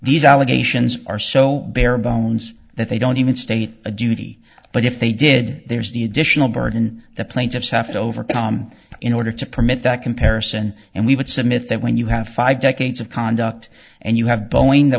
these allegations are so bare bones that they don't even state a duty but if they did there's the additional burden the plaintiffs have to overcome in order to permit that comparison and we would submit that when you have five decades of conduct and you have boeing that